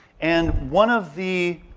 and one of the